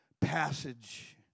passage